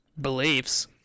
beliefs